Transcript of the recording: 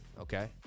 okay